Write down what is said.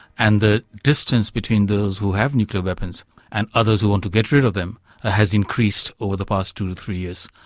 and the distance between those who have nuclear weapons and others who want to get rid of them has increased over the past two to three years,